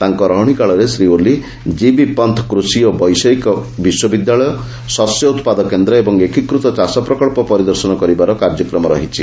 ତାଙ୍କ ରହଣି କାଳରେ ଶ୍ରୀ ଓଲି ଜିବି ପନ୍ତ କୃଷି ଓ ବୈଷୟିକ ବିଶ୍ୱବିଦ୍ୟାଳୟ ଶସ୍ୟ ଉତ୍ପାଦ କେନ୍ଦ୍ର ଏବଂ ଏକୀକୃତ ଚାଷ ପ୍ରକଳ୍ପ ପରିଦର୍ଶନ କରିବାର କାର୍ଯ୍ୟକ୍ରମ ରହିଛି